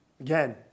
Again